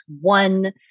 one